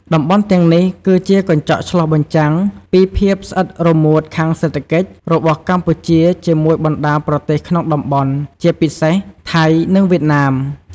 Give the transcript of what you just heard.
តំបន់ទាំងនេះគឺជាកញ្ចក់ឆ្លុះបញ្ចាំងពី ភាពស្អិតរមួតខាងសេដ្ឋកិច្ច របស់កម្ពុជាជាមួយបណ្តាប្រទេសក្នុងតំបន់ ជាពិសេសថៃ និងវៀតណាម។